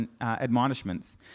admonishments